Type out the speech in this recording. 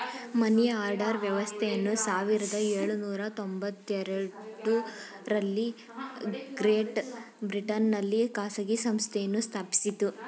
money order ವ್ಯವಸ್ಥೆಯನ್ನು ಸಾವಿರದ ಎಳುನೂರ ತೊಂಬತ್ತಎರಡು ರಲ್ಲಿ ಗ್ರೇಟ್ ಬ್ರಿಟನ್ ನಲ್ಲಿ ಖಾಸಗಿ ಸಂಸ್ಥೆಯನ್ನು ಸ್ಥಾಪಿಸಿತು